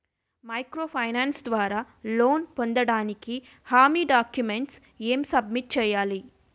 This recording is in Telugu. మైక్రో ఫైనాన్స్ ద్వారా లోన్ పొందటానికి హామీ డాక్యుమెంట్స్ ఎం సబ్మిట్ చేయాలి?